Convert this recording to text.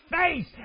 face